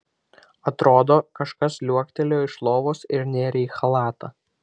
atrodo kažkas liuoktelėjo iš lovos ir nėrė į chalatą